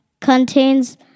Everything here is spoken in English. contains